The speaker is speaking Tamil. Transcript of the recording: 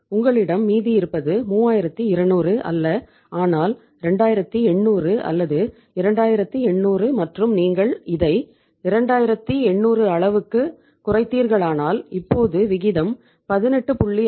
உங்களிடம் மீதி இருப்பது 3200 அல்ல ஆனால் 2800 அல்லது 2800 மற்றும் நீங்கள் இதை 2800 அளவுக்கு குறைத்தீர்களானால் இப்போது விகிதம் 18